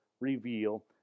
reveal